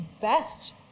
best